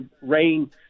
rain